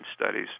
studies